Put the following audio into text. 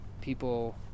people